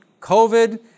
COVID